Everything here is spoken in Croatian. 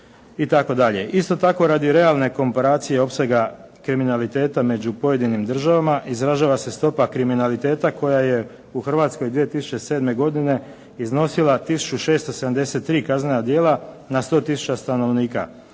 Isto tako radi realne komparacije i opsega kriminaliteta među pojedinim državama izražava se stopa kriminaliteta koja je u Hrvatskoj 2007. godine iznosila 1673 kaznena djela na 100 tisuća stanovnika,